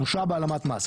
הורשע בהעלמת מס.